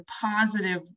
positive